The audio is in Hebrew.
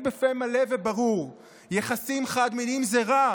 בפה מלא וברור: יחסים חד-מיניים זה רע.